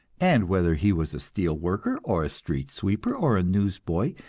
and whether he was a steel worker or a street sweeper or a newsboy,